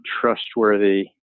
trustworthy